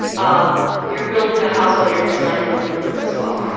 um you're building the house while you're designing the blueprints as well